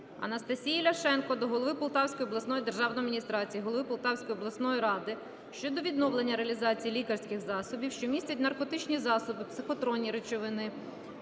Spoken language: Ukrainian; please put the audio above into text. Анастасії Ляшенко до голови Полтавської обласної державної адміністрації, голови Полтавської обласної ради щодо відновлення реалізації лікарських засобів, що містять наркотичні засоби, психотропні речовини,